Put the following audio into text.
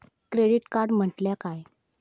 Credit card म्हटल्या काय?